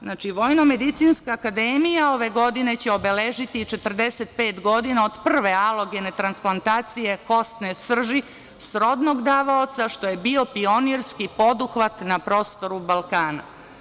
Znači, VMA ove godine će obeležiti 45 godina od prve alogene transplantacije kosne srži srodnog davaoca, što je bio pionirski poduhvat na prostoru Balkana.